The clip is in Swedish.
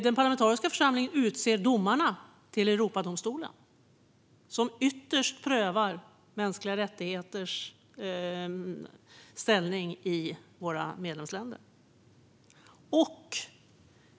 Den parlamentariska församlingen utser domarna till Europadomstolen, som ytterst prövar ställningen för mänskliga rättigheter i medlemsländerna.